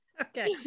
Okay